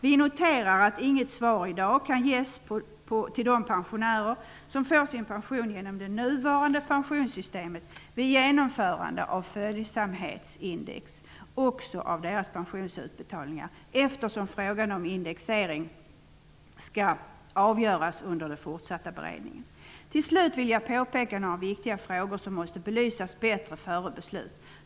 Vi noterar att inget svar i dag kan ges till de pensionärer som får sin pension genom det nuvarande pensionssystemet vid genomförande av följsamhetsindexering också av deras pensionsutbetalningar, eftersom frågan om indexeringen skall avgöras under den fortsatta beredningen. Till slut vill jag påpeka några viktiga frågor som måste belysas bättre före beslut.